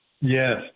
Yes